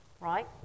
right